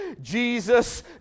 Jesus